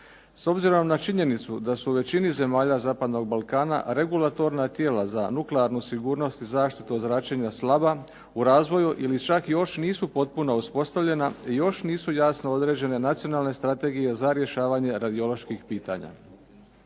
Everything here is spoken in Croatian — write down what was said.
S obzirom na činjenicu da su u većini zemalja zapadnog Balkana regulatorna tijela za nuklearnu sigurnost i zaštitu od zračenja slaba u razvoju ili čak još nisu potpuno uspostavljena, još nisu jasno određene nacionalne strategije za rješavanje radioloških pitanja.